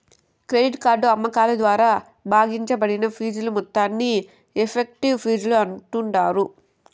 credit card అమ్మకాల ద్వారా భాగించబడిన ఫీజుల మొత్తాన్ని ఎఫెక్టివ్ ఫీజులు అంటాండారు